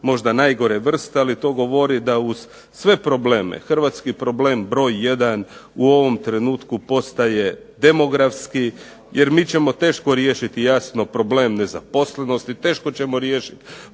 možda najgore vrste. Ali to govori da uz sve probleme hrvatski problem broj jedan u ovom trenutku postaje demografski. Jer mi ćemo teško riješiti jasno problem nezaposlenosti, teško ćemo riješiti problem